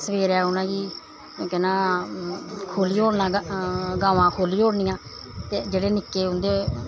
सवेरै उनेंगी केह् नांऽ खोह्ली ओड़ना गवां खोह्ली ओड़नियां ते जेह्ड़े निक्के उंदे